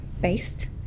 based